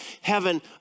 Heaven